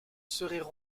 seraient